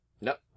Nope